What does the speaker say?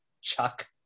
chuck